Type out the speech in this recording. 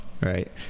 right